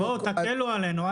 תקלו עלינו.